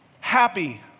Happy